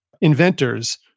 inventors